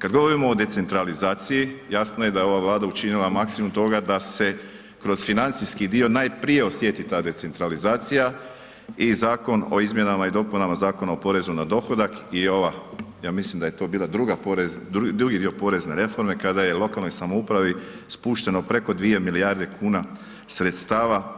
Kad govorimo o decentralizaciji jasno je da je ova Vlada učinila maksimum toga da se kroz financijski dio najprije osjeti ta decentralizacija i Zakon o izmjenama i dopunama Zakona o porezu na dohodak i ova ja mislim da je to bila druga porezna, drugi dio porezne reforme kada je lokalnoj samoupravi spušteno preko 2 milijarde kuna sredstava,